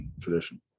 tradition